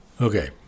Okay